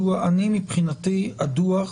מבחינתי הדוח